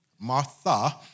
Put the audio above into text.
Martha